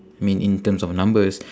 mean in terms of numbers